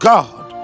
God